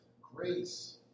grace